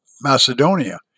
Macedonia